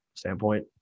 standpoint